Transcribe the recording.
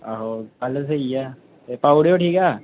आहो ते गल्ल बी स्हेई ऐ एह् पाई ओड़ेओ ठीक ऐ